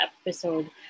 episode